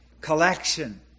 collection